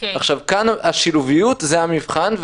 השילוב הוא המבחן,